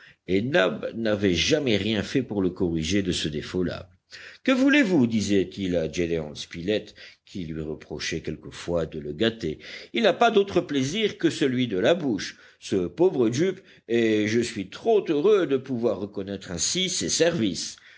et nab n'avait jamais rien fait pour le corriger de ce défaut là que voulez-vous disait-il à gédéon spilett qui lui reprochait quelquefois de le gâter il n'a pas d'autre plaisir que celui de la bouche ce pauvre jup et je suis trop heureux de pouvoir reconnaître ainsi ses services